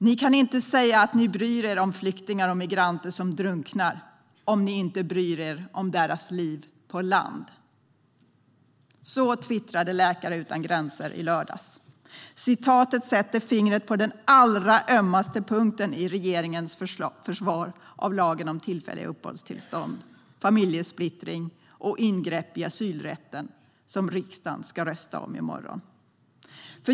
Ni kan inte säga att ni bryr er om flyktingar och migranter som drunknar om ni inte bryr er om deras liv på land - så twittrade Läkare Utan Gränser i lördags. Citatet sätter fingret på den allra ömmaste punkten i regeringens försvar av lagen om tillfälliga uppehållstillstånd, familjesplittring och ingrepp i asylrätten, som riksdagen ska rösta om i morgon.